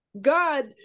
God